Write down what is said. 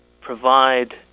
provide